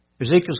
Ezekiel